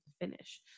Finish